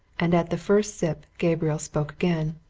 and at the first sip gabriel spoke again.